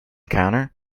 counter